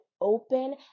open